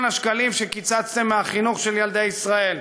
השקלים שקיצצתם מהחינוך של ילדי ישראל,